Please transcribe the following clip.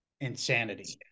insanity